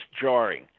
jarring